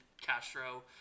Castro